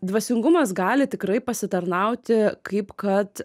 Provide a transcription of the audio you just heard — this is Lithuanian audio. dvasingumas gali tikrai pasitarnauti kaip kad